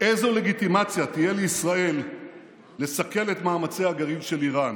איזו לגיטימציה תהיה לישראל לסכל את מאמצי הגרעין של איראן?